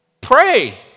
pray